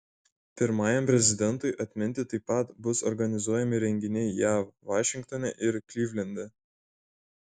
pirmajam prezidentui atminti taip pat bus organizuojami renginiai jav vašingtone ir klivlende